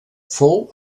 fou